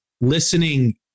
listening